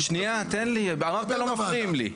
תן לי, אמרת שלא מפריעים לי.